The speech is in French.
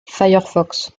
firefox